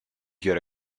her